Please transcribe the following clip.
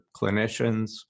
clinicians